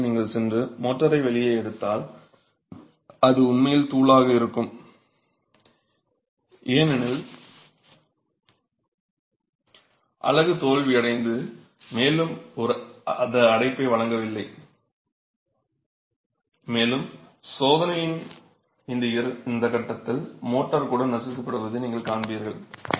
இந்த நிலையில் நீங்கள் சென்று மோர்டரை வெளியே எடுத்தால் அது உண்மையில் தூளாக இருக்கும் ஏனெனில் அலகு தோல்வியடைந்தது மேலும் அது அடைப்பை வழங்கவில்லை மேலும் சோதனையின் இந்த கட்டத்தில் மோர்டார் கூட நசுக்கப்படுவதை நீங்கள் காண்பீர்கள்